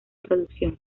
producción